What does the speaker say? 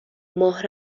ماه